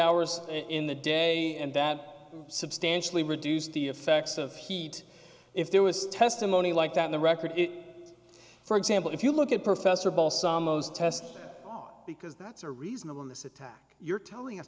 hours in the day and that substantially reduced the effects of heat if there was testimony like that the record for example if you look at professor ball some of those test because that's a reasonable in this attack you're telling